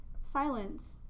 Silence